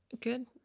Good